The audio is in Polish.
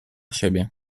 siebie